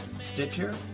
Stitcher